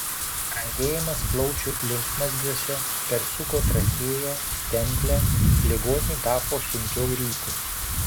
randėjimas plaučių limfmazgiuose persuko trachėją stemplę ligonei tapo sunkiau ryti